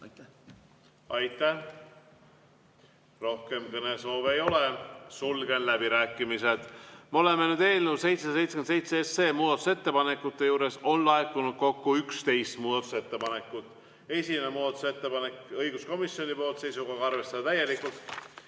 Aitäh! Aitäh! Rohkem kõnesoove ei ole, sulgen läbirääkimised. Me oleme nüüd eelnõu 777 muudatusettepanekute juures. On laekunud kokku 11 muudatusettepanekut. Esimene muudatusettepanek on õiguskomisjoni poolt, seisukohaga arvestada täielikult.